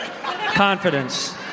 confidence